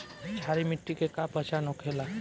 क्षारीय मिट्टी के का पहचान होखेला?